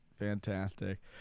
fantastic